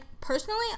personally